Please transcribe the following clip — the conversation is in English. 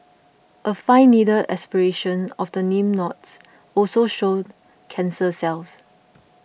a fine needle aspiration of the lymph nodes also showed cancer cells